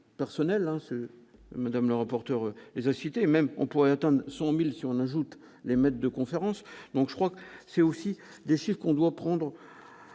personnels madame le rapporteur, les inciter même on pourrait atteindre son 1000 si on ajoute les maîtres de conférence, donc je crois que c'est aussi des cirques, on doit prendre